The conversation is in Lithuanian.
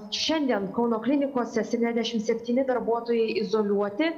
šiandien kauno klinikose septyniasdešimt septyni darbuotojai izoliuoti